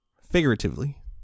Figuratively